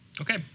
Okay